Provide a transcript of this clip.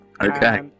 Okay